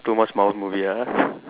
too much Marvel movie ah